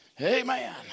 Amen